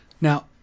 now